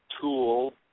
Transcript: tool